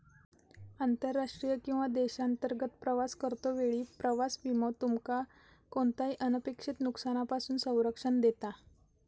आंतरराष्ट्रीय किंवा देशांतर्गत प्रवास करतो वेळी प्रवास विमो तुमका कोणताही अनपेक्षित नुकसानापासून संरक्षण देता